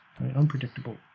unpredictable